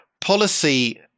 policy